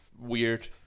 weird